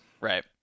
Right